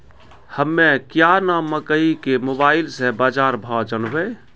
हमें क्या नाम मकई के मोबाइल से बाजार भाव जनवे?